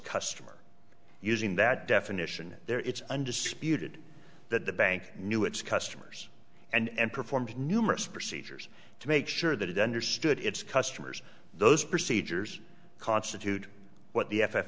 customer using that definition there it's undisputed that the bank knew its customers and performed numerous procedures to make sure that it understood its customers those procedures constitute what the f f